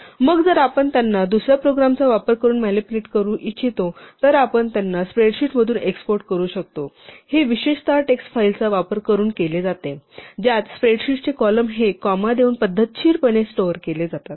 आणि मग जर आपण त्यांना दुसर्या प्रोग्रामचा वापर करून मॅनिप्युलेट करू इच्छितो तर आपण त्यांना स्प्रेडशीटमधून एक्स्पोर्ट करू शकतो हे विशेषतः टेक्स्ट फाईल्स वापर करून केले जाते ज्यात स्प्रेडशीटचे कॉलम हे कॉमा देऊन पद्धतशीरपणे स्टोअर केले जातात